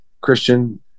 Christian